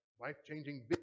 life-changing